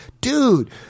dude